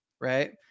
right